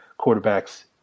quarterbacks